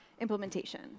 implementation